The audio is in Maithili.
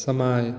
समय